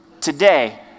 today